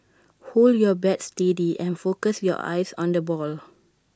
hold your bat steady and focus your eyes on the ball